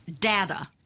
Data